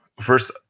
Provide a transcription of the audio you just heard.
first